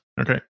Okay